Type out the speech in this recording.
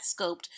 scoped